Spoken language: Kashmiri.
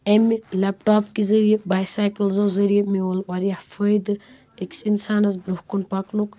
امہِ لیٚپٹاپ کہِ ذٔریعہٕ بایسیکٕلزو ذٔریعہٕ میول وارِیاہ فٲیدٕ أکِس اِنسانس برٛوںٛہہ کُن پکنُن